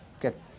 get